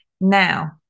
Now